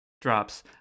drops